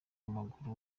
w’amaguru